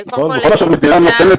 כל מה שהמדינה נותנת,